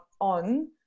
on